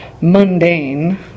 mundane